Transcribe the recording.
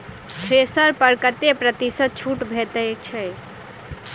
Thresher पर कतै प्रतिशत छूट भेटय छै?